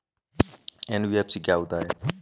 NBFC क्या होता है?